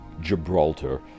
Gibraltar